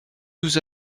nous